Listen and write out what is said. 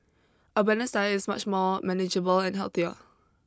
a balanced diet is much more manageable and healthier